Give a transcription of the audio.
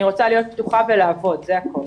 אני רוצה להיות פתוחה ולעבוד, זה הכול.